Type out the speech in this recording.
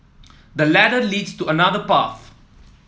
the ladder leads to another path